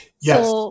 Yes